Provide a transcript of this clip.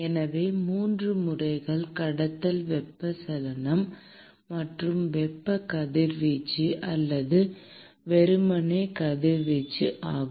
எனவே 3 முறைகள் கடத்தல் வெப்பச்சலனம் மற்றும் வெப்ப கதிர்வீச்சு அல்லது வெறுமனே கதிர்வீச்சு ஆகும்